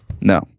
No